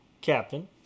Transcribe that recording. Captain